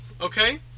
okay